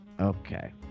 Okay